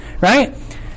Right